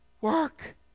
work